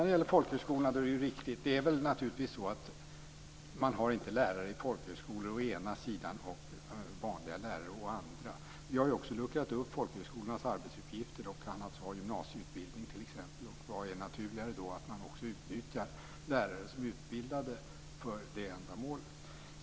Det är riktigt att man inte har lärare i folkhögskolorna å ena sidan och vanliga lärare å andra sidan. Vi har ju också luckrat upp folkhögskolornas arbetsuppgifter. Det gäller t.ex. gymnasieutbildning. Vad är då naturligare än att man också utnyttjar lärare som är utbildade för det ändamålet.